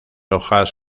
hojas